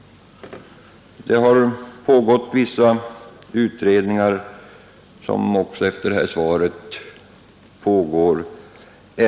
Det har pågått vissa utredningar, som ännu — också efter det här svaret — pågår.